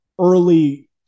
early